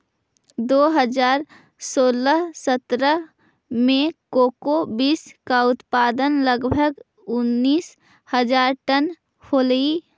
दो हज़ार सोलह सत्रह में कोको बींस का उत्पादन लगभग उनीस हज़ार टन हलइ